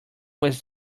was